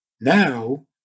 Now